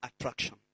attraction